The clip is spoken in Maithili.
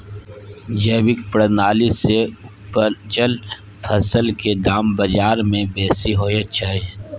जैविक प्रणाली से उपजल फसल के दाम बाजार में बेसी होयत छै?